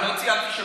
לא ציינתי שמות.